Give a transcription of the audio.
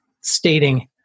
stating